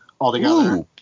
altogether